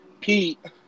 Pete